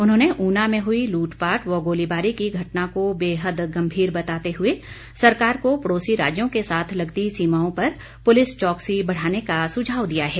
उन्होंने ऊना में हुई लूट पाट व गोलीबारी की घटना को बेहद गंभीर बताते हुए सरकार को पड़ोसी राज्यों के साथ लगती सीमाओं पर पुलिस चौकसी बढ़ाने का सुझाव दिया है